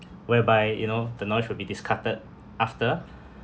whereby you know the noise will be discarded after